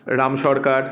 Ram Sarkar